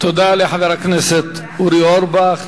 תודה לחבר הכנסת אורי אורבך.